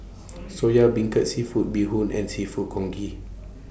Soya Beancurd Seafood Bee Hoon and Seafood Congee